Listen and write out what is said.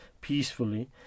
peacefully